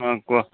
ହଁ କୁହ